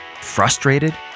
frustrated